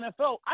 NFL